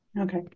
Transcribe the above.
Okay